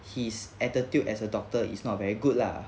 his attitude as a doctor is not very good lah